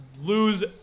lose